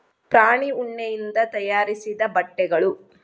ಪ್ರಾಣಿ ಉಣ್ಣಿಯಿಂದ ತಯಾರಿಸಿದ ಬಟ್ಟೆಗಳು